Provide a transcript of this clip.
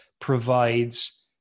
provides